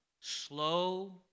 Slow